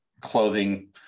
clothing